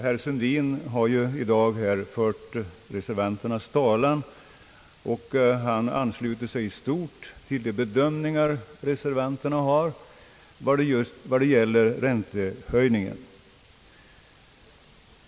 Herr Sundin har i dag här fört reservanternas talan. Han ansluter sig i stort till de bedömningar som reservanterna gör när det gäller räntehöjningen.